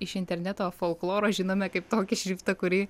iš interneto folkloro žinome kaip tokį šriftą kurį